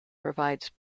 provides